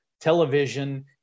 television